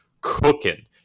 cooking